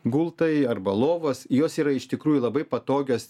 gultai arba lovos jos yra iš tikrųjų labai patogios